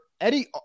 Eddie